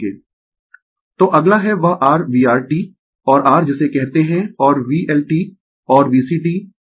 Refer Slide Time 0514 तो अगला है वह r VR t और r जिसे कहते है और VL t और VC t